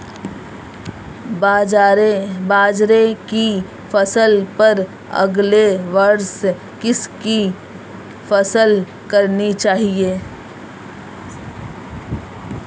बाजरे की फसल पर अगले वर्ष किसकी फसल करनी चाहिए?